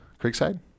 Creekside